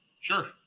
Sure